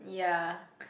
ya